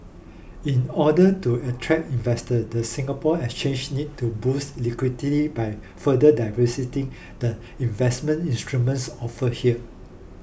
in order to attract investor the Singapore Exchange needs to boost liquidity by further diversifying the investment instruments offered here